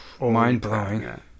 Mind-blowing